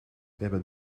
hebben